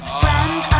friend